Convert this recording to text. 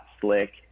slick